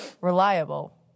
reliable